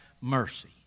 mercy